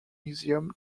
museum